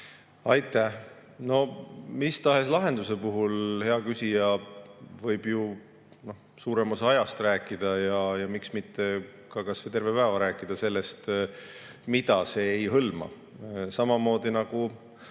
Aitäh! No mis tahes lahenduse puhul, hea küsija, võib ju suurema osa ajast ja miks mitte kas või terve päeva rääkida sellest, mida see ei hõlma. Eraisikute